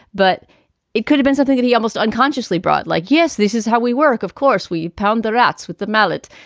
but it could have been something that he almost unconsciously brought, like, yes, this is how we work. of course, we pound the rats with the mallet.